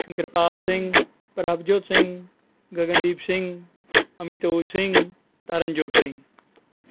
Gurpal Singh Prabhjot Singh Gagandeep Singh Amitoj Singh Taranjot Singh